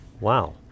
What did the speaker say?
Wow